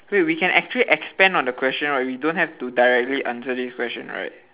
wait we can actually expand on the question right we don't have to directly answer this question right